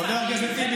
חבר הכנסת טיבי,